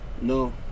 No